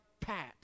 pat